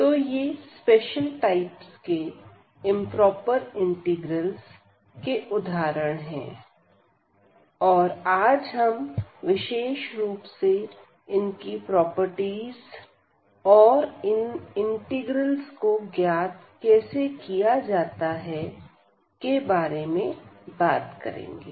तो ये special types के इंप्रोपर इंटीग्रल्स के उदाहरण है और आज हम विशेष रूप से इनकी प्रॉपर्टीज और इन इंटीग्रल्स को ज्ञात कैसे किया जाता है के बारे में बात करेंगे